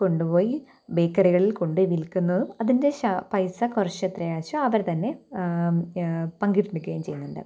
കൊണ്ടുപോയി ബേക്കറികളിൽ കൊണ്ടു വിൽക്കുന്നത് അതിൻ്റെ ശാ പൈസ കുറച്ച് എത്രയാണെന്നുവച്ചാല് അവര് തന്നെ പങ്കിട്ടെടുക്കുകയും ചെയ്യുന്നുണ്ട്